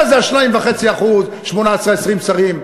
מה זה ה-2.5%, 18, 20 שרים?